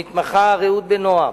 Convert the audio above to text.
המתמחה רעות בן-נועם,